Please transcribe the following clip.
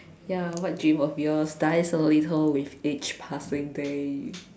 ya what dream of yours dies a little with each passing day